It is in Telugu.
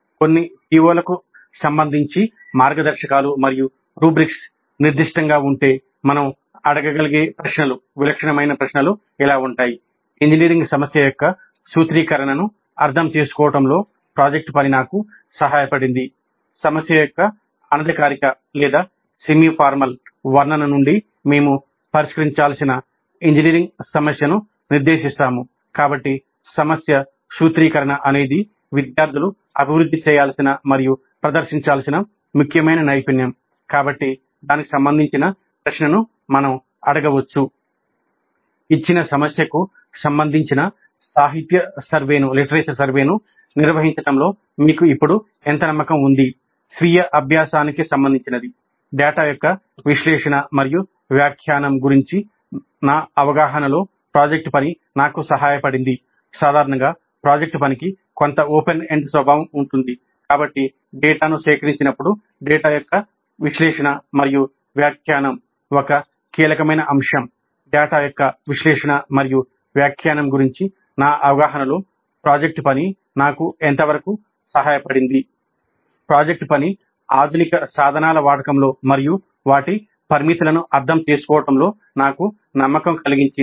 కొన్ని PO లకు సంబంధించి మార్గదర్శకాలు మరియు రుబ్రిక్స్ నిర్దిష్టంగా ఉంటే మనం అడగగలిగే ప్రశ్నలు ఇచ్చిన సమస్యకు సంబంధించిన సాహిత్య సర్వేను ప్రాజెక్ట్ పని ఆధునిక సాధనాల వాడకంలో మరియు వాటి పరిమితులను అర్థం చేసుకోవడంలో నాకు నమ్మకం కలిగించింది